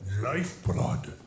lifeblood